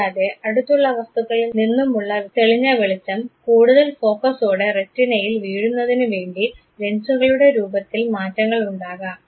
കൂടാതെ അടുത്തുള്ള വസ്തുക്കളിൽ നിന്നുമുള്ള തെളിഞ്ഞ വെളിച്ചം കൂടുതൽ ഫോക്കസോടെ റെറ്റിനയിൽ വീഴുന്നതിനു വേണ്ടി ലെൻസുകളുടെ രൂപത്തിൽ മാറ്റങ്ങളുണ്ടാകും